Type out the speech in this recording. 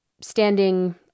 standing